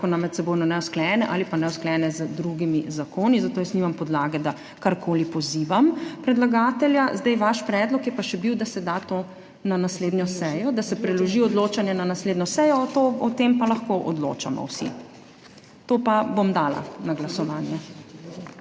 zakona medsebojno neusklajene ali pa neusklajene z drugimi zakoni, zato jaz nimam podlage, da karkoli pozivam predlagatelja. Vaš predlog je pa še bil, da se preloži odločanje na naslednjo sejo. O tem pa lahko odločamo vsi. To pa bom dala na glasovanje.